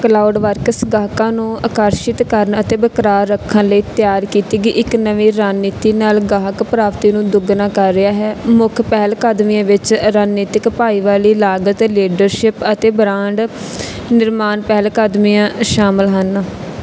Cloudworks ਗਾਹਕਾਂ ਨੂੰ ਆਕਰਸ਼ਿਤ ਕਰਨ ਅਤੇ ਬਰਕਰਾਰ ਰੱਖਣ ਲਈ ਤਿਆਰ ਕੀਤੀ ਗਈ ਇੱਕ ਨਵੀਂ ਰਣਨੀਤੀ ਨਾਲ ਗਾਹਕ ਪ੍ਰਾਪਤੀ ਨੂੰ ਦੁੱਗਣਾ ਕਰ ਰਿਹਾ ਹੈ ਮੁੱਖ ਪਹਿਲਕਦਮੀਆਂ ਵਿੱਚ ਰਣਨੀਤਕ ਭਾਈਵਾਲੀ ਲਾਗਤ ਲੀਡਰਸ਼ਿਪ ਅਤੇ ਬ੍ਰਾਂਡ ਨਿਰਮਾਣ ਪਹਿਲ ਕਦਮੀਆਂ ਸ਼ਾਮਲ ਹਨ